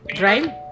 right